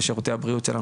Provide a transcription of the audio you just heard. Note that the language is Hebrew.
בשירותי הבריאות שלנו,